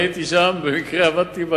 במקרה עמדתי באזור,